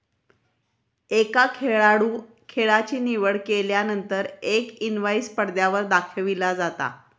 एका खेळाडूं खेळाची निवड केल्यानंतर एक इनवाईस पडद्यावर दाखविला जाता